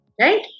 right